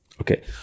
Okay